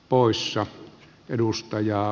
poissa edustajia